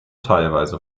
teilweise